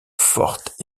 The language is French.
forte